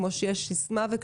כמו שיש סיסמה,